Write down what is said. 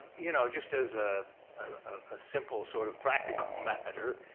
you know, just as a ah simple sort of practical matter,